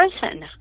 person